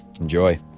Enjoy